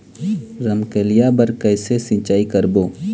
रमकलिया बर कइसे सिचाई करबो?